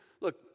Look